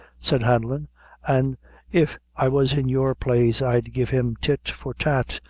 said hanlon an' if i was in your place, i'd give him tit for tat.